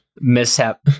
mishap